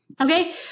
Okay